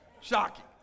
Shocking